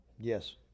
Yes